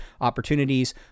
opportunities